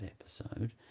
episode